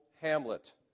hamlet